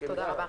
תודה רבה.